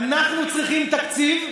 אנחנו צריכים תקציב,